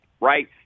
right